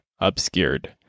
obscured